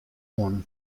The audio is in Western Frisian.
oan